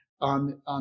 on